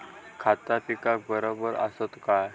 खता पिकाक बराबर आसत काय?